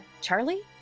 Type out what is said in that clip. Charlie